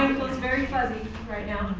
very fuzzy right now.